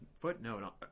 footnote